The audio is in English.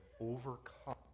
overcome